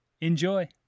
Enjoy